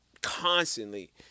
constantly